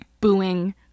booing